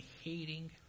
hating